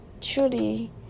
truly